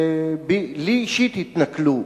ולי אישית התנכלו,